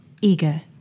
eager